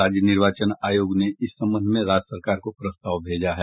राज्य निर्वाचन आयोग ने इस संबंध में राज्य सरकार को प्रस्ताव भेजा है